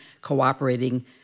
cooperating